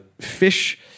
fish